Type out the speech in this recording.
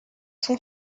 son